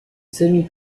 semi